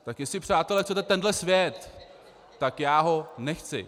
Tak jestli, přátelé, chcete tenhle svět, tak já ho nechci.